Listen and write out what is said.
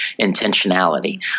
intentionality